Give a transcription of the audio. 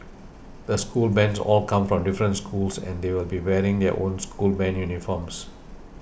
the school bands all come from different schools and they will be wearing their own school band uniforms